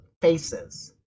faces